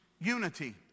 unity